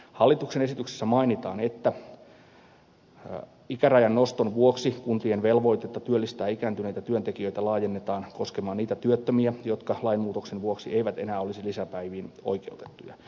hallituksen esityksessä mainitaan että ikärajan noston vuoksi kuntien velvoitetta työllistää ikääntyneitä työntekijöitä laajennetaan koskemaan niitä työttömiä jotka lainmuutoksen vuoksi eivät enää olisi lisäpäiviin oikeutettuja